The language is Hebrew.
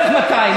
בערך 200,